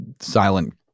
silent